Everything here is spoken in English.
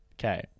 Okay